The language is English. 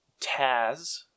Taz